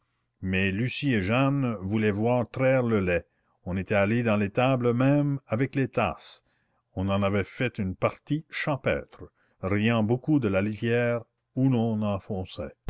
mais lucie et jeanne voulaient voir traire le lait on était allé dans l'étable même avec les tasses on en avait fait une partie champêtre riant beaucoup de la litière où l'on enfonçait